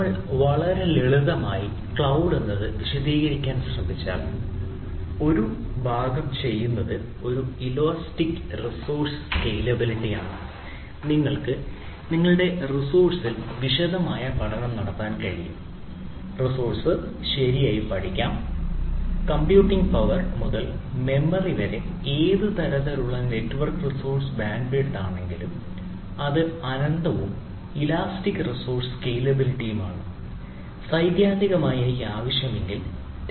നമ്മൾ വളരെ ലളിതമായി ക്ളൌഡ് എന്നത് വിശദീകരിക്കാൻ ശ്രമിച്ചാൽ ഒരു ഭാഗം ചെയ്യുന്നത് ഒരു ഇലാസ്റ്റിക് റിസോഴ്സ് സ്കേലബിളിറ്റിയാണ് ഉണ്ട്